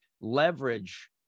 leverage